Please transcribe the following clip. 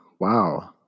wow